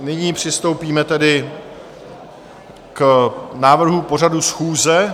Nyní přistoupíme tedy k návrhům pořadu schůze.